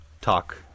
talk